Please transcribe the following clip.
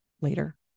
later